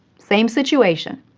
same situation.